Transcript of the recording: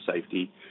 safety